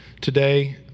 today